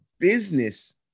Business